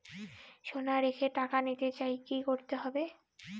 সোনা রেখে টাকা নিতে চাই কি করতে হবে?